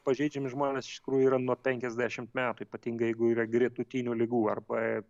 pažeidžiami žmonės iš tikrųjų yra nuo penkiasdešimt metų ypatingai jeigu yra gretutinių ligų arba